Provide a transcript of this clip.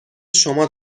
شما